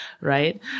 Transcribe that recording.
right